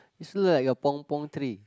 it's look like a pong pong tree